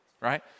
right